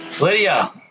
Lydia